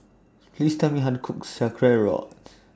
Please Tell Me How to Cook Sauerkrauts